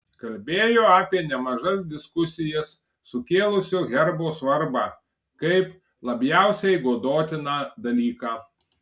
kalbėjo apie nemažas diskusijas sukėlusio herbo svarbą kaip labiausiai godotiną dalyką